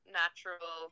natural